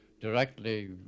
directly